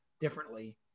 differently